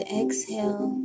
exhale